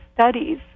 studies